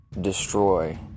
destroy